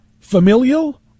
familial